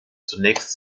zunächst